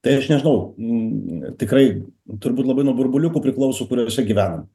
tai aš nežinau n tikrai turbūt labai nuo burbuliukų priklauso kuriuose gyvenam